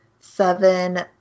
seven